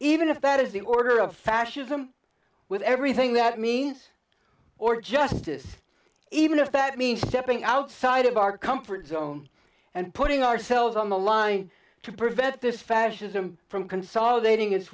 even if that is the order of fascism with everything that means or justice even if that means stepping outside of our comfort zone and putting ourselves on the line to prevent this fascism from consolidating it